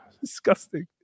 Disgusting